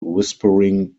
whispering